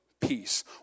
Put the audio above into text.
peace